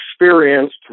experienced